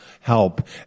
help